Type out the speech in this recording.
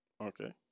Okay